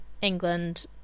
England